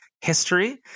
history